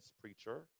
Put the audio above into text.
preacher